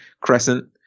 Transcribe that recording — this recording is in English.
crescent